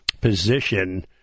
position